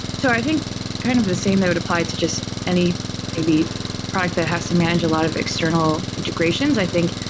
so i think kind of the same that would apply to just any maybe product that has to manage a lot of external integrations. i think,